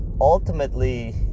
ultimately